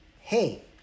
Hey